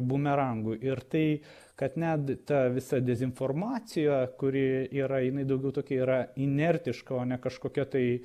bumerangu ir tai kad net ta visa dezinformacija kuri yra jinai daugiau tokia yra inertiška o ne kažkokia tai